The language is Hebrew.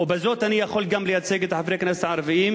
וגם בזאת אני יכול לייצג את חברי הכנסת הערבים,